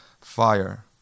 fire